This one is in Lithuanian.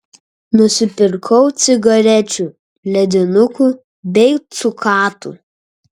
nusipirkau cigarečių ledinukų bei cukatų